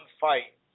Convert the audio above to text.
fight